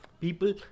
People